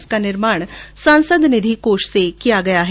इसका निर्माण सांसद निधि कोष से किया गया है